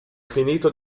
finito